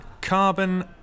Carbon